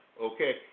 Okay